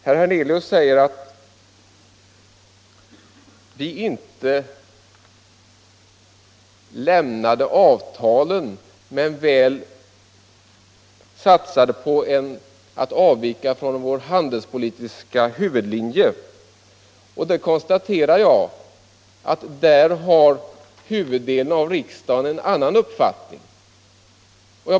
Herr Hernelius säger vidare att Sverige visserligen inte har brutit mot avtalen men väl avvikit från vår handelspolitiska huvudlinje. På den punkten konstaterar jag att huvuddelen av riksdagen har en annan uppfattning.